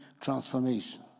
transformation